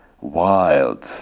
wild